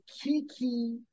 Kiki